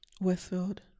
Westfield